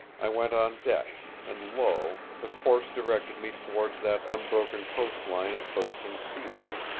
i went on deck, and lo, the course directed me towards that unbroken coast-line of bursting seas.